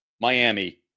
Miami